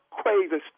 crazy